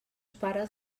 pares